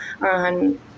on